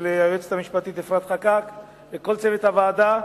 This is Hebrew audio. ליועצת המשפטית אפרת חקאק ולכל צוות הוועדה.